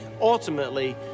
ultimately